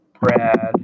Brad